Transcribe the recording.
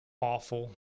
awful